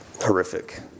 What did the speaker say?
horrific